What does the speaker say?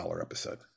episode